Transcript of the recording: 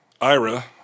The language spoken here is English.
Ira